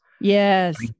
Yes